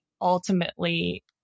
ultimately